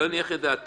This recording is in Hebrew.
זה לא יניח את דעתם.